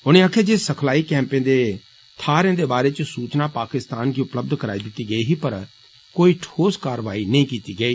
उनें आक्खेआ सिखलाई कैम्पें दे थारें दे बारे च सूचना पाकिस्तान गी उपलब्ध कराई गेई ही पर कोई ठोस कारवाई नेई कीती गेई